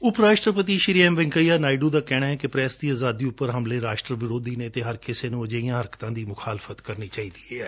ਉਪ ਰਾਸ਼ਟਰਪਤੀ ਐਮ ਵੈਂਕਈਆ ਨਾਇਡੁ ਦਾ ਕਹਿਣੈ ਕਿ ਪ੍ਰੈਸ ਦੀ ਆਜ਼ਾਦੀ ਉਪਰ ਹਮਲੇ ਰਾਸ਼ਟਰ ਵਿਰੋਧੀ ਨੇ ਅਤੇ ਹਰ ਕਿਸੇ ਨੁੰ ਅਜਿਹੀਆਂ ਹਰਕਤਾਂ ਦੀ ਮੁਖਾਲਫਤ ਕਰਨੀ ਚਾਹੀਦੀ ਐ